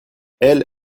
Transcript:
elles